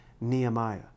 Nehemiah